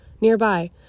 Nearby